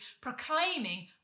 proclaiming